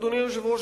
אדוני היושב-ראש,